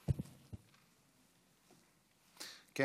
בבקשה.